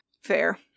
fair